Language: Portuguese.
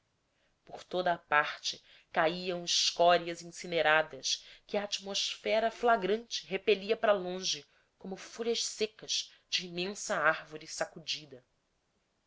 por toda a parte caiam escórias incineradas que a atmosfera flagrante repetia para longe como folhas secas de imensa árvore sacudida